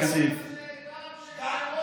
כסיף,